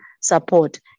support